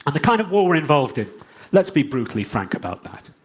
and the kind of war war involved in let's be brutally frank about that.